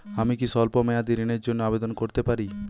আমি কি স্বল্প মেয়াদি ঋণের জন্যে আবেদন করতে পারি?